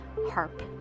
Harp